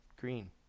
green